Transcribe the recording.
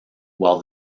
while